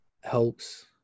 helps